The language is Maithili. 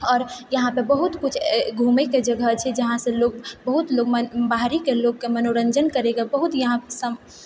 आओर यहाँपर बहुत कुछ घुमयकऽ जगह छै जहाँसँ लोग बहुत लोग बाहरीके लोगकऽ मनोरञ्जन करयकऽ बहुत यहाँ